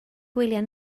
gwyliau